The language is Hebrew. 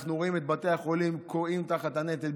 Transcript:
אנחנו רואים את בתי החולים כורעים תחת הנטל,